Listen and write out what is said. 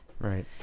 Right